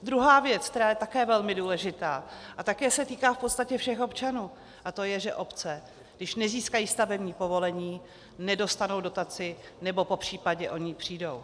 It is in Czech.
Druhá věc, která je také velmi důležitá a také se týká v podstatě všech občanů, a to je, že obce, když nezískají stavební povolení, nedostanou dotaci nebo o ni popřípadě přijdou.